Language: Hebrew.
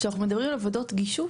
כשאנחנו מדברים על עבודות גישוש,